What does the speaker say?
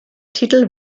titel